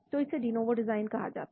तो इसे de novo design कहा जाता है